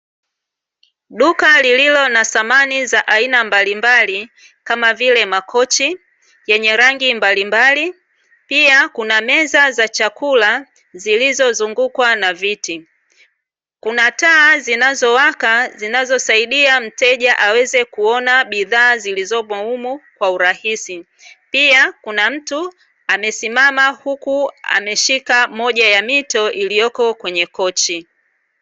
Duka lililo na samani za aina mbalimbali, kama vile: makochi yenye rangi mbalimbali, pia kuna meza za chakula zilizozungukwa na viti, kuna taa zinazowaka zinazosaidia mteja aweze kuona bidhaa zilizoko humu kwa uraisi, pia kuna mtu amesimama, huku ameshika moja ya mito iliyoko kwenye kochi.